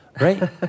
right